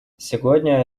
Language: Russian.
сегодня